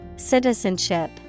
Citizenship